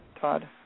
Todd